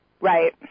right